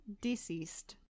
deceased